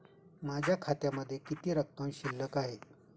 माझ्या खात्यामध्ये किती रक्कम शिल्लक आहे?